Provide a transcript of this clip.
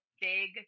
big